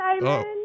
Simon